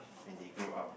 when they grow up